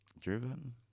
Driven